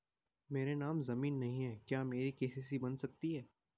मेरे नाम ज़मीन नहीं है क्या मेरी के.सी.सी बन सकती है?